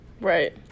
right